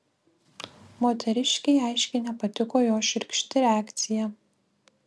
moteriškei aiškiai nepatiko jo šiurkšti reakcija